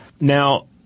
Now